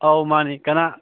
ꯑꯥꯎ ꯃꯥꯅꯤ ꯀꯅꯥ